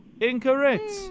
Incorrect